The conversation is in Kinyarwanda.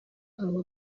aba